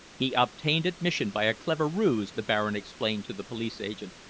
he obtained admission by a clever ruse, the baron explained to the police agent.